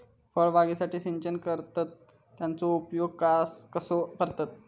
फळबागेसाठी सिंचन करतत त्याचो नियोजन कसो करतत?